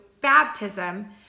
baptism